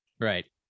Right